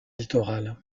littoral